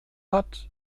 hat